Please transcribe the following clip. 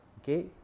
okay